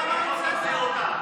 תחזיר אותה.